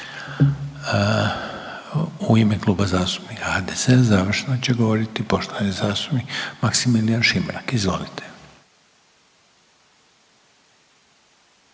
U ime Kluba zastupnika HDZ-a završno će govoriti poštovani zastupnik Maksimilijan Šimrak, izvolite.